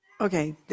Okay